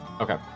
Okay